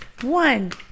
one